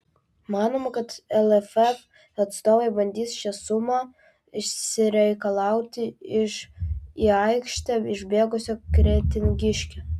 manoma kad lff atstovai bandys šią sumą išsireikalauti iš į aikštę išbėgusio kretingiškio